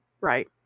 Right